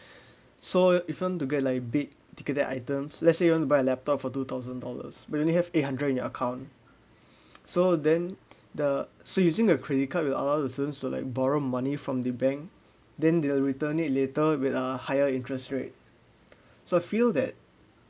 so if you want to get like big ticketed items let's say you wanna buy a laptop for two thousand dollars but you only have eight hundred in your account so then the so using a credit card with other to like borrow money from the bank then they will return it later with a higher interest rate so I feel that